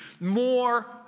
more